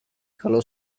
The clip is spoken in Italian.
calò